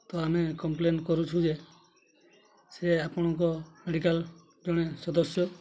ତ ଆମେ କମ୍ପ୍ଲେନ୍ କରୁଛୁ ଯେ ସେ ଆପଣଙ୍କ ମେଡ଼ିକାଲ୍ ଜଣେ ସଦସ୍ୟ